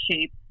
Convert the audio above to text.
shape